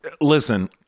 Listen